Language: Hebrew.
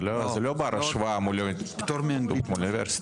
זה לא בר השוואה מפטור מאוניברסיטה.